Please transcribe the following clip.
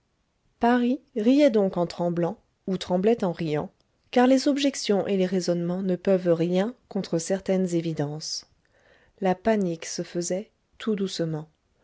paris riait donc en tremblant ou tremblait en riant car les objections et les raisonnements ne peuvent rien contre certaines évidences la panique se faisait tout doucement